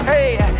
Hey